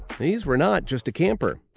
these were not just a camper.